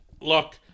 look